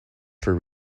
for